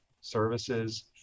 services